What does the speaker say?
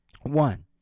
One